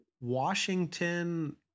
Washington